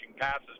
passes